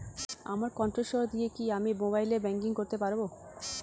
আমার কন্ঠস্বর দিয়ে কি আমি মোবাইলে ব্যাংকিং করতে পারবো?